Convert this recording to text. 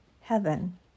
Heaven